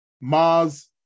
Mars